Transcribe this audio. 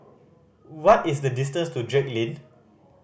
what is the distance to Drake Lane